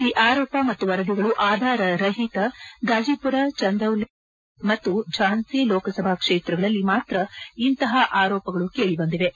ಈ ಆರೋಪ ಮತ್ತು ವರದಿಗಳು ಆಧಾರ ರಹಿತ ಗಾಜಿಪುರ ಚಂದೌಲಿ ದೊಮಾರಿಯಾ ಗಂಜ್ ಮತ್ತು ಜಾನ್ಸಿ ಲೋಕಸಭಾ ಕ್ಷೇತ್ರಗಳಲ್ಲಿ ಮಾತ್ರ ಇಂತಹ ಆರೋಪಗಳು ಕೇಳಿಬಂದಿವೆ